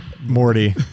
Morty